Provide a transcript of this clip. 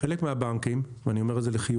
חלק מהבנים, ואני אומר את זה לחיוב,